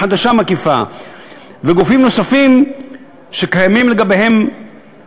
קרן חדשה מקיפה וגופים נוספים שקיים לגביהם